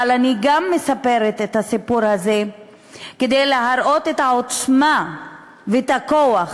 אבל אני מספרת את הסיפור הזה גם כדי להראות את העוצמה ואת הכוח